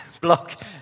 block